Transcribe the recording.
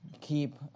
keep